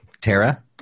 Tara